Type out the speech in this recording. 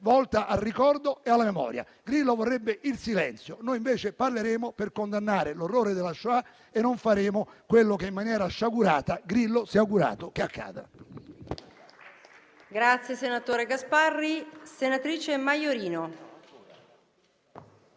volta al ricordo e alla memoria. Grillo vorrebbe il silenzio; noi invece parleremo per condannare l'orrore della Shoah e non faremo quello che, in maniera sciagurata, Grillo si è augurato che accada.